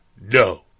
no